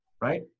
Right